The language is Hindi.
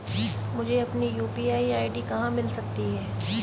मुझे अपनी यू.पी.आई आई.डी कहां मिल सकती है?